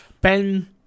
Ben